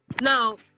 now